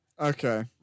Okay